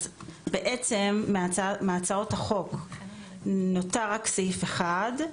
אז בעצם מהצעות החוק נותר רק סעיף אחד.